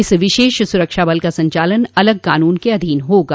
इस विशेष सुरक्षा बल का संचालन अलग कानून के अधीन होगा